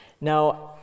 Now